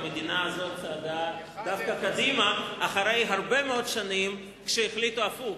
המדינה הזאת צעדה דווקא קדימה אחרי הרבה מאוד שנים כשהחליטו הפוך,